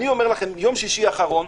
אני אומר לכם שביום שיש האחרון,